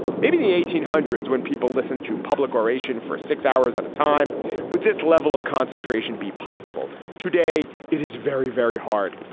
maybe the eighteen hundreds when people listen to public oration for six hours at a time with this level of concentration be possible today, it is very, very hard.